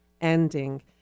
ending